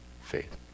faith